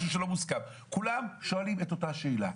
כולם שואלים את אותה שאלה,